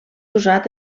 usat